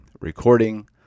recording